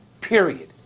period